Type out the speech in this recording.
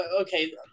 okay